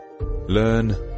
learn